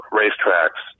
racetracks